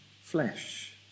flesh